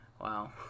Wow